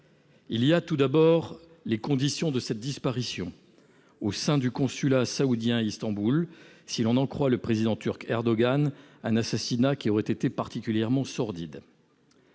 Il y a tout d'abord les conditions de cette disparition : au sein du consulat saoudien à Istanbul et, si l'on en croit le président turc Erdogan, il s'agirait d'un assassinat particulièrement sordide.